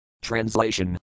Translation